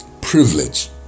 Privilege